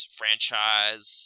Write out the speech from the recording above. franchise